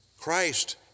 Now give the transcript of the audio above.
Christ